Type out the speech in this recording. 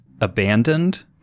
abandoned